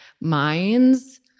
minds